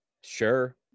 sure